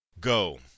go